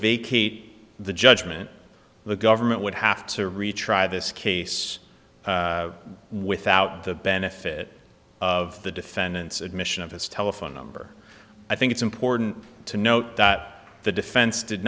vacate the judgment the government would have to retry this case without the benefit of the defendant's admission of his telephone number i think it's important to note that the defense did